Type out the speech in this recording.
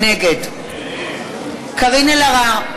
נגד קארין אלהרר,